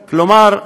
כלומר,